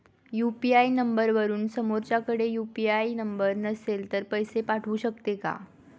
UPI नंबरवरून समोरच्याकडे UPI number नसेल तरी पैसे पाठवू शकते का?